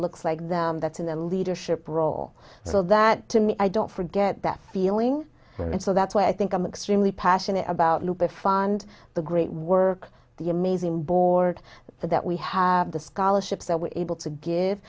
looks like them that's in a leadership role so that to me i don't forget that feeling and so that's why i think i'm extremely passionate about new power fund the great work the amazing board that we have the scholarships that we're able to give